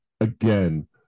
Again